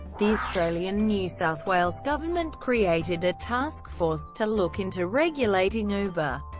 the australian new south wales government created a taskforce to look into regulating uber,